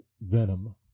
venom